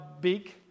big